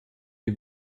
wie